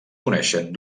coneixen